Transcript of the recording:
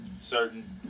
certain